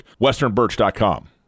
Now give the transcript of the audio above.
westernbirch.com